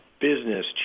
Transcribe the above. business